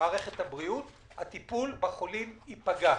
מערכת הבריאות הטיפול בחולים ייפגע,